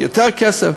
יותר כסף,